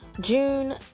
june